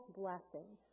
blessing